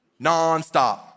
nonstop